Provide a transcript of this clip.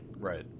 Right